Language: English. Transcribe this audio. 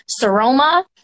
seroma